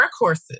workhorses